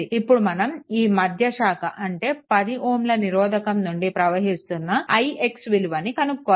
ఇప్పుడు మనం ఈ మధ్య శాఖ అంటే 10Ω నిరోధకం నుండి ప్రవహిస్తున్న ix విలువను కనుక్కోవాలి